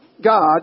God